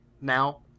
now